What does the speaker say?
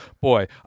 Boy